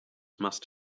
must